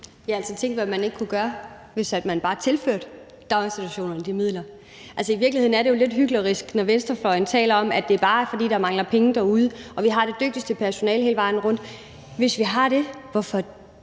Ja, tænk, hvad man ikke kunne gøre, hvis man bare tilførte daginstitutionerne de midler. I virkeligheden er det jo lidt hyklerisk, når venstrefløjen taler om, at det bare er, fordi der mangler penge derude, og vi har det dygtigste personale hele vejen rundt. Hvis vi har det, hvorfor